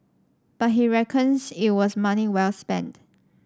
but he reckons it was money well spent